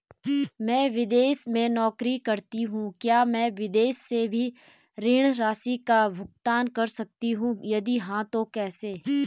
मैं विदेश में नौकरी करतीं हूँ क्या मैं विदेश से भी ऋण राशि का भुगतान कर सकती हूँ यदि हाँ तो कैसे?